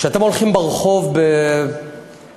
כשאתם הולכים ברחוב בלונדון,